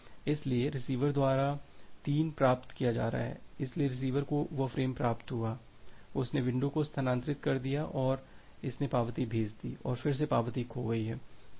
इसलिए रिसीवर द्वारा 3 प्राप्त किया जा रहा है इसलिए रिसीवर को वह फ्रेम प्राप्त हुआ है उसने विंडो को स्थानांतरित कर दिया है और इसने पावती भेज दी है फिर से पावती खो गई है